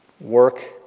work